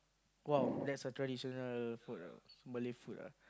!wow! that's a traditional food ah Malay food ah